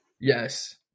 yes